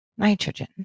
Nitrogen